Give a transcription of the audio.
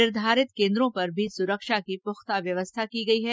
निर्धारित केन्द्रों पर भी सुरक्षा की पुख्ता व्यवस्था की गई है